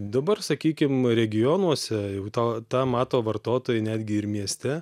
dabar sakykim regionuose to tą mato vartotojai netgi ir mieste